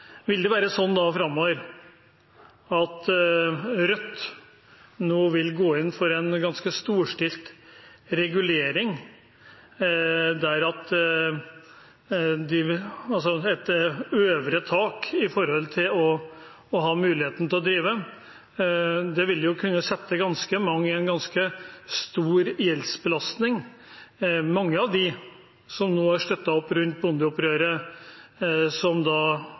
Vil det da være sånn framover at Rødt vil gå inn for en ganske storstilt regulering, et øvre tak med tanke på å ha muligheten til å drive? Det vil kunne føre til at ganske mange får en stor gjeldsbelastning. Når det gjelder mange av dem som nå har støttet opp rundt bondeopprøret – som